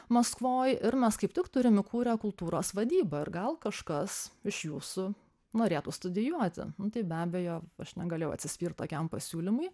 maskvoj ir mes kaip tik turim įkūrę kultūros vadybą ir gal kažkas iš jūsų norėtų studijuoti tai be abejo aš negalėjau atsispirt tokiam pasiūlymui